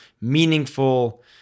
meaningful